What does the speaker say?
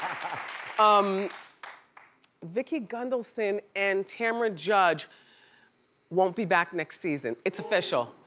um vicki gunvalson and tamra judge won't be back next season, it's official.